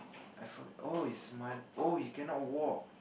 I forget oh he's ma~ oh he cannot walk